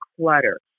clutter